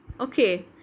Okay